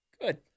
Good